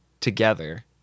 together